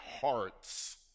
hearts